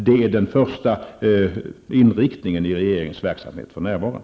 Det är den första inriktningen i regeringens verksamhet för närvarande.